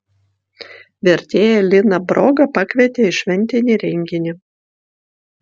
vertėją liną brogą pakvietė į šventinį renginį